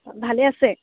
ভালে আছে